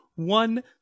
one